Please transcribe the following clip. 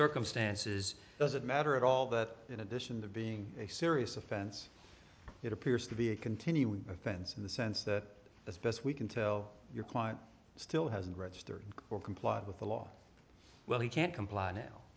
circumstances doesn't matter at all that in addition to being a serious offense it appears to be a continuing offense in the sense that as best we can tell your client still hasn't registered or complied with the law well he can't comply now